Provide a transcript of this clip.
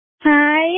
Hi